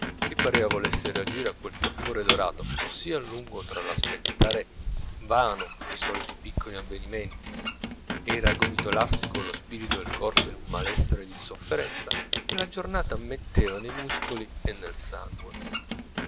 che pareva volesse reagire a quel torpore durato così a lungo tra l'aspettare invano i soliti piccoli avvenimenti e il raggomitolarsi con lo spirito e il corpo in un malessere d'insofferenza che la giornata metteva ne muscoli e nel sangue